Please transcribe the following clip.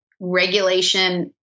regulation